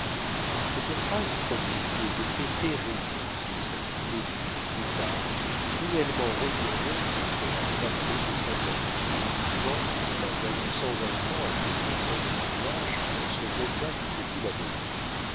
cette phrase produisit des effets terribles dans sancerre et fut plus tard cruellement retournée contre la sapho de saint satur quand en la voyant sans enfants après cinq ans de mariage on se moqua du petit la